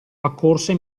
accorse